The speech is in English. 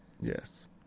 Yes